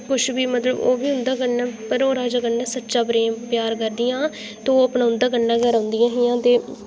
कुछ बी मतलब ओह् बी उं'दै कन्नै पर राजा कन्नै सच्चा प्रेम प्यार करदियां हियां ओह् अपना उं'दै कन्नै गै रौंह्दियां हियां ते